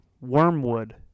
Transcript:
Wormwood